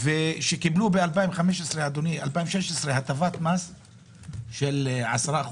שקיבל בשנת 2016 הטבת מס של 10%,